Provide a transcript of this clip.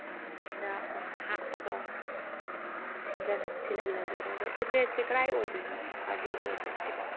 ꯑꯗꯨꯗ ꯑꯣꯏꯅ ꯍꯥꯞꯄꯒ ꯎꯝ ꯊꯤꯜꯍꯜꯂꯒꯦ ꯑꯗꯣ ꯑꯦꯗ꯭ꯔꯦꯁꯁꯦ ꯀꯗꯥꯏ ꯑꯣꯏꯒꯗꯣꯏꯅꯣ ꯕꯥꯔꯗꯗꯦꯒꯤ ꯑꯦꯗ꯭ꯔꯦꯁꯁꯤꯕꯣ